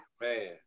man